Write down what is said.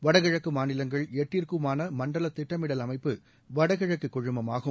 வடகிழக்கு மாநிலங்கள் எட்டிற்குமான மண்டல திட்டமிடல் அமைப்பு வடகிழக்கு குழுமம் ஆகும்